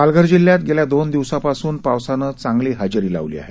पालघर जिल्ह्यात गेल्या दोन दिवसांपासून पावसानं चांगली हजेरी लावली आहे